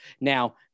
now